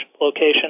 location